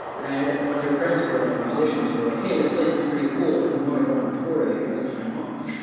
and i had a bunch of friends who are like musicians, who were like, hey, this place is pretty cool. if we want to go on tour, they give us time off.